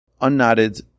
unknotted